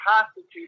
constitute